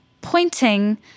pointing